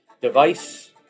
device